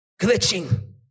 glitching